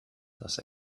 das